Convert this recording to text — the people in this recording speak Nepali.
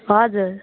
हजुर